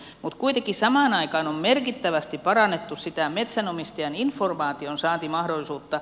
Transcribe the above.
mutta kuitenkin samaan aikaan on merkittävästi parannettu sitä metsänomistajan informaationsaantimahdollisuutta